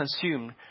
consumed